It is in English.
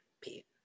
pete